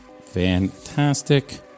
fantastic